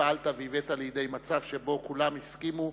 פעלת והבאת לידי מצב שבו כולם הסכימו,